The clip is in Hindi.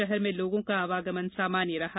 शहर में लोगों का आवागमन सामान्य रहा